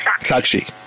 Sakshi